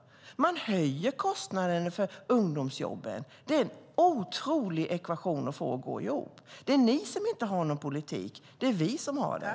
Man höjer kostnaden för ungdomsjobben. Det är en svår ekvation att få att gå ihop. Det är ni som inte har någon politik. Vi har det.